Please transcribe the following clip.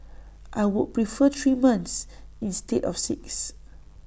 I would prefer three months instead of six